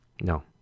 No